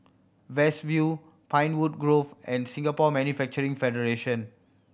West View Pinewood Grove and Singapore Manufacturing Federation